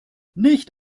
nicht